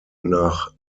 nach